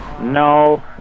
No